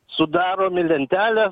sudaromi lentelė